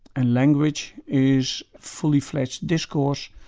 and language is fully-fledged discourse.